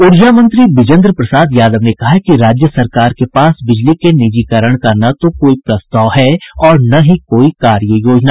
ऊर्जा मंत्री बिजेन्द्र प्रसाद यादव ने कहा है कि राज्य सरकार के पास बिजली के निजीकरण का न तो कोई प्रस्ताव है और न ही कोई कार्य योजना